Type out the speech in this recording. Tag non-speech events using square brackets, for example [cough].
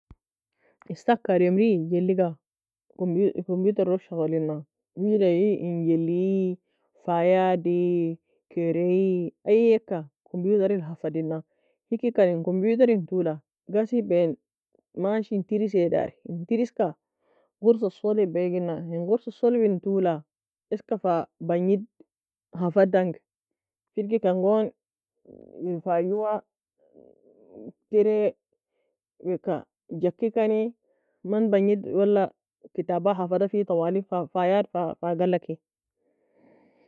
Isaka ademri jelliga computer log shogolina, wida ei en jelli, fayiad, karaie, ayeaka computeril hafadena, hikkan in computerin touela ghassebaie mashein treisea dari, in tiriska قرص الصلب egina, ingors alsolibin toula eska fa bagnid hafuddangi, firgikan gon ir fa jua [hesitation] terae weaka gakikani, man bagnide وله كتابة hafadafi tawalig fayad fa fa galla ki.